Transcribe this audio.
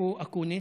איפה אקוניס?